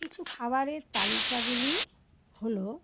কিছু খাবারের তালিকাগুলি হলো